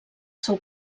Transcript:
seu